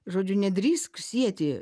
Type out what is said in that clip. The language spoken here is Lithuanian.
žodžiu nedrįsk sieti